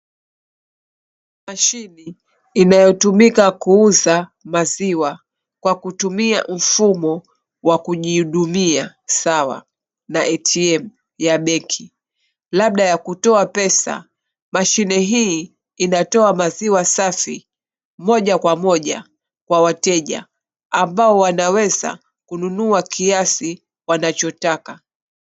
Mashini inayotumika kuuza maziwa kwa kutumia mfumo wa kujihudumia sawa na ATM ya benki. Labda ya kutoa pesa, mashine hii inatoa maziwa safi moja kwa moja kwa wateja ambao wanaweza kununua kiasi wanachotaka.